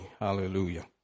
Hallelujah